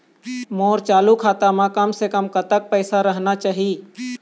मोर चालू खाता म कम से कम कतक पैसा रहना चाही?